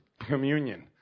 communion